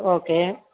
okay